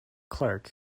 clerk